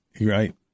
Right